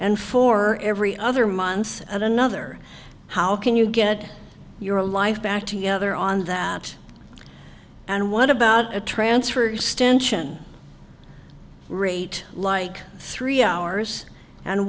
and for every other month at another how can you get your life back together on that and what about a transfer stench and rate like three hours and